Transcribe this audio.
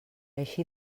eixir